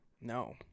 no